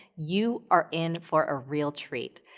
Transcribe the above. you are in for a real treat.